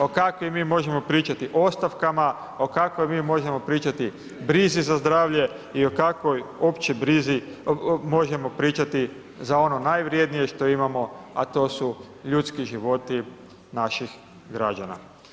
Ovakvim mi možemo pričati ostavkama, o kakvim mi možemo pričati brizi za zdravlje i o kakvoj uopće brizi možemo pričati za ono najvrijednije što imamo, a to su ljudski životi naših građana.